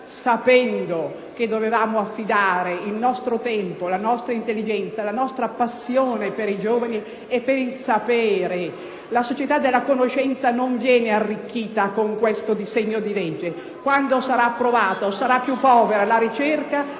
sapendo che dovevamo affidare il nostro tempo, la nostra intelligenza e la nostra passione a favore dei giovani e del sapere. La societa della conoscenza non viene arricchita con questo disegno di legge. Quando saraapprovato, sara piupovera la ricerca,